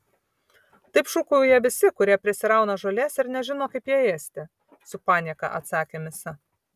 taip šūkauja visi kurie prisirauna žolės ir nežino kaip ją ėsti su panieka atsakė misa